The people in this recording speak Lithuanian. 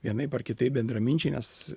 vienaip ar kitaip bendraminčiai nes